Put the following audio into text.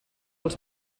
els